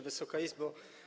Wysoka Izbo!